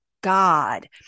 God